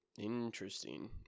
Interesting